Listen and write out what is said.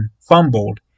fumbled